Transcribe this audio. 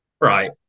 Right